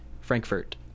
Frankfurt